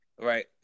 Right